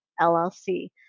LLC